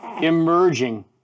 emerging